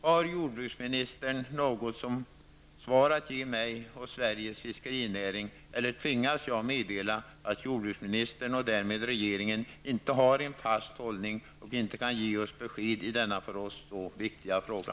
Har jordbruksministern något svar att ge mig och Sveriges fiskerinäring, eller tvingas jag meddela att jordbruksministern och därmed regeringen inte har en fast hållning och inte kan ge oss besked i denna för oss viktiga fråga?